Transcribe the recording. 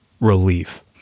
relief